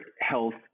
Health